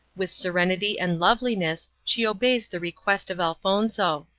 with serenity and loveliness she obeys the request of elfonzo.